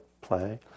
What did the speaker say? play